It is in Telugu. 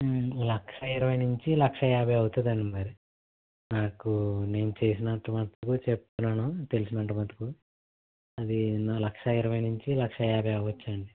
లక్ష ఇరవై నుంచి లక్షయాభై అవుతుందండి మరి నాకు నేను చేసినంతమటుకు చెప్తున్నాను తెలిసినంతమటుకు అది నా లక్ష ఇరవై నుంచి లక్షయాభై అవ్వచ్చండి